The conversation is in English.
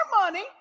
money